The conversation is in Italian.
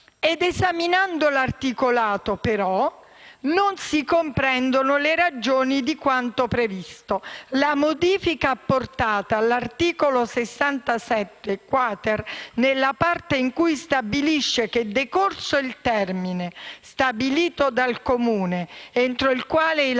Esaminando l'articolato, però, non si comprendono le ragioni di quanto previsto. La modifica apportata all'articolo 67-*quater* stabilisce che, decorso il termine stabilito dal Comune entro il quale i lavori